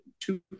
two